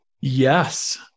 Yes